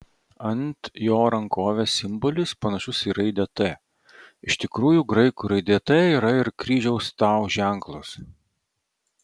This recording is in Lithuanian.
ant jo rankovės simbolis panašus į raidę t iš tikrųjų graikų raidė t yra ir kryžiaus tau ženklas